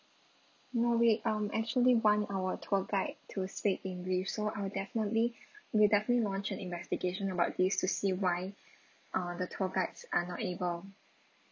no we um actually want our tour guide to speak english so I'll definitely we'll definitely launch an investigation about this to see why uh the tour guides are not able